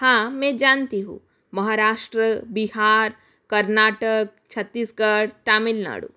हाँ मैं जानती हूँ महाराष्ट्र बिहार कर्नाटक छत्तीसगढ़ तामिल नाडु